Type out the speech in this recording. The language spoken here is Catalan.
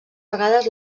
vegades